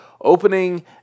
opening